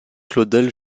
claudel